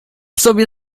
sobie